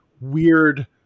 weird